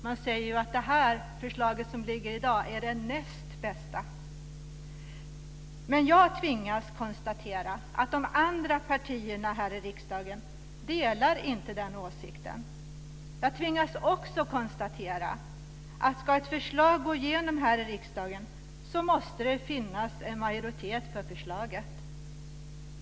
Man säger ju att det förslag som ligger i dag är det näst bästa. Jag tvingas konstatera att de andra partierna här i riksdagen inte delar den åsikten. Jag tvingas också konstatera att om ett förslag ska gå igenom här i riksdagen måste det finnas en majoritet för förslaget.